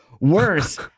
worse